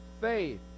faith